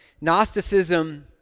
Gnosticism